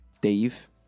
Dave